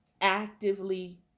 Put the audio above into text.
Actively